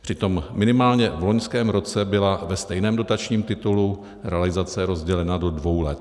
Přitom minimálně v loňském roce byla ve stejném dotačním titulu realizace rozdělena do dvou let.